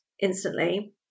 instantly